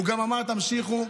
הוא גם אמר: תמשיכו,